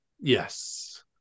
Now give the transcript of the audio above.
Yes